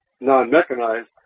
non-mechanized